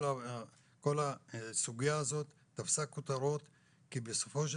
כל הסוגיה הזאת תפסה כותרות כי בסופו של